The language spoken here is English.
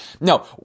No